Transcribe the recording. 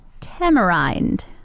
tamarind